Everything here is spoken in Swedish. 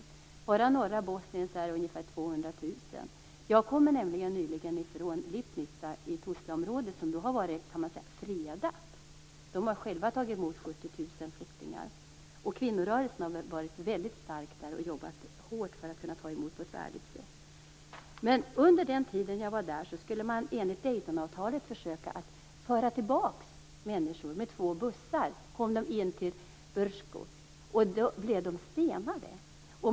Enbart i norra Bosnien är det ungefär Jag kommer nyligen från Lipnica i Tuzlaområdet, som har varit fredat. Man har där själva tagit emot 70 000 flyktingar. Kvinnorörelsen har varit väldigt stark där och jobbat hårt för att ta emot dem på ett värdigt sätt. Men under den tid jag var där skulle man enligt Daytonavtalet försöka att föra tillbaka människor med två bussar, och man kom till Brcko. Då blev de stenade.